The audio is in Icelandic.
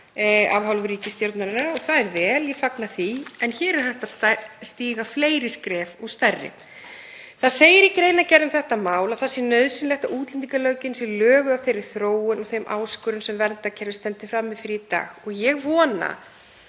af hálfu ríkisstjórnarinnar og það er vel, ég fagna því, en hér er hægt að stíga fleiri skref og stærri. Það segir í greinargerð um þetta mál að það sé nauðsynlegt að útlendingalöggjöfin sé löguð að þeirri þróun og þeim áskorunum sem verndarkerfið stendur frammi fyrir í dag og ég vona